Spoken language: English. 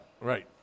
Right